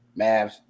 mavs